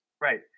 right